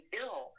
ill